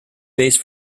base